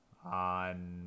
on